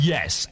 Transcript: Yes